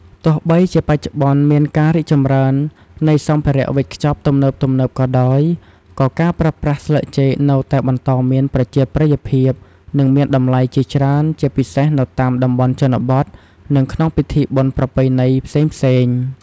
ទោះបីជាបច្ចុប្បន្នមានការរីកចម្រើននៃសម្ភារៈវេចខ្ចប់ទំនើបៗក៏ដោយ ក៏ការប្រើប្រាស់ស្លឹកចេកនៅតែបន្តមានប្រជាប្រិយភាព និងមានតម្លៃជាច្រើន ជាពិសេសនៅតាមតំបន់ជនបទ និងក្នុងពិធីបុណ្យប្រពៃណីផ្សេងៗ។